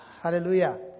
Hallelujah